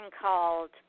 called